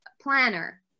planner